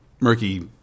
murky